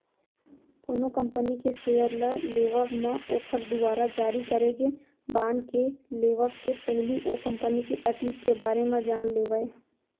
कोनो कंपनी के सेयर ल लेवब म ओखर दुवारा जारी करे गे बांड के लेवब के पहिली ओ कंपनी के अतीत के बारे म जान लेवय